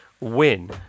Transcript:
win